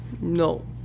No